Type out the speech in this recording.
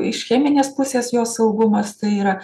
iš cheminės pusės jos saugumas tai yra